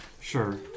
Sure